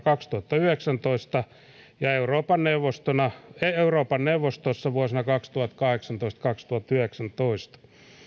kaksituhattayhdeksäntoista ja euroopan neuvostossa euroopan neuvostossa vuosina kaksituhattakahdeksantoista viiva kaksituhattayhdeksäntoista